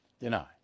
deny